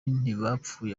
ntibapfuye